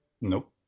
nope